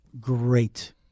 great